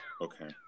Okay